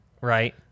right